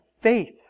faith